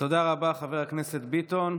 תודה רבה, חבר הכנסת ביטון.